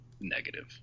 negative